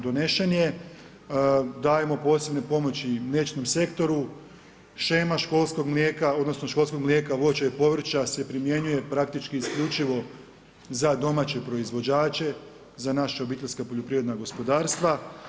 Donesen je, dajemo posebne pomoći i mliječnom sektoru, shema školskog mlijeka, odnosno, školskog mlijeka, voća i povrća, se primjenjuje praktički isključivo za domaće proizvođače, za naše obiteljska poljoprivredna gospodarstva.